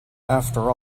after